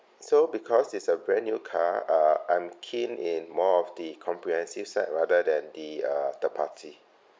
so because it's a brand new car uh I'm keen in more of the comprehensive set rather than the uh third party